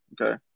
okay